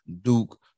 Duke